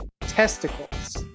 testicles